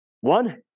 One